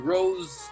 Rose